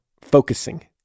focusing